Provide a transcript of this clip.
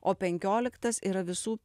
o penkioliktas yra visų